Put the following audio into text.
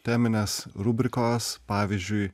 teminės rubrikos pavyzdžiui